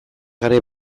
garai